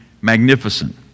magnificent